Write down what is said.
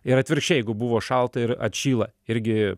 ir atvirkščiai jeigu buvo šalta ir atšyla irgi